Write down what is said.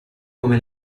come